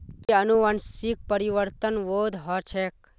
कि अनुवंशिक परिवर्तन वैध ह छेक